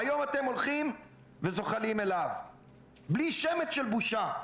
והיום אתם הולכים וזוחלים אליו בלי שמץ של בושה.